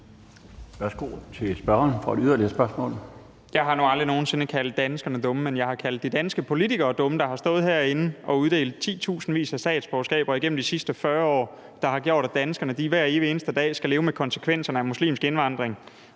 Værsgo til spørgeren for et yderligere spørgsmål. Kl. 12:20 Nick Zimmermann (DF): Jeg har nu aldrig nogen sinde kaldt danskerne dumme. Men jeg har kaldt de danske politikere, der har stået herinde og uddelt titusindvis af statsborgerskaber igennem de sidste 40 år, hvilket har gjort, at danskerne hver eneste dag skal leve med konsekvenserne af muslimsk indvandring,